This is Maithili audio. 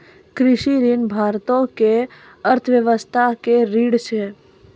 कृषि ऋण भारतो के अर्थव्यवस्था के रीढ़ छै